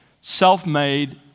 self-made